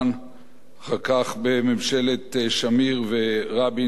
בממשלת שמיר ורבין כרמטכ"ל, יותר מדי.